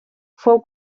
fou